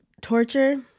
torture